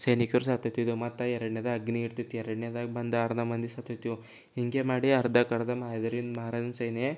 ಸೈನಿಕರು ಸತ್ತೊಗ್ತಿದ್ರು ಮತ್ತೆ ಎರಡ್ನೇದು ಅಗ್ನಿ ಇರ್ತಿತ್ತು ಎರಡ್ನೇದಾಗಿ ಬಂದ ಅರ್ಧ ಮಂದಿ ಸತ್ತೊಯ್ತಿದ್ವು ಹೀಗೆ ಮಾಡಿ ಅರ್ಧಕ್ಕೆ ಅರ್ಧ ಮಹಾರಾಜನ ಸೇನೆಯೇ